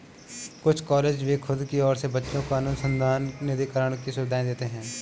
कुछ कॉलेज भी खुद की ओर से बच्चों को अनुसंधान निधिकरण की सुविधाएं देते हैं